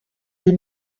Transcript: you